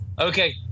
Okay